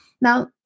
Now